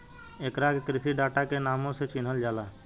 एकरा के कृषि डाटा के नामो से चिनहल जाला